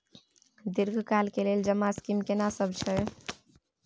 दीर्घ काल के लेल जमा स्कीम केना सब छै?